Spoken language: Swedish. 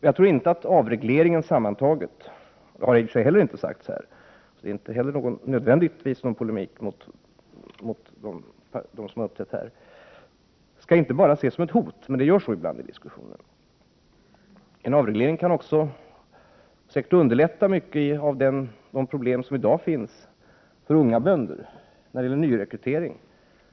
Jag tror inte att avregleringen sammantaget — det har inte heller sagts här, så det är inte nödvändigtvis någon polemik mot dem som har uppträtt i dag — bara skall ses som ett hot, vilket ibland är fallet i diskussionen. En avreglering kan säkert också underlätta mycket av de problem som unga bönder i dag har, t.ex. när det gäller nyrekrytering.